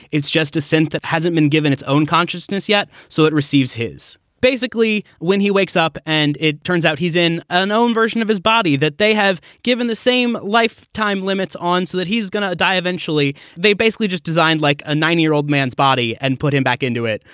it's just a scent that hasn't been given its own consciousness yet. so it receives his basically when he wakes up and it turns out he's an unknown version of his body that they have given the same lifetime limits on so that he's going to die eventually. they basically just designed like a nine year old man's body and put him back into it,